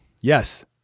Yes